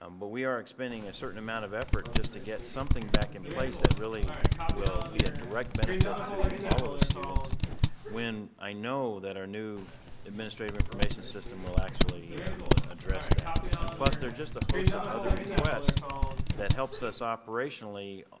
um but we are expending a certain amount of effort just to get something back in place that really will be a direct benefit to all of the students when i know that our new administrative information system will actually address that. and plus there are just a host of other requests that helps us operationally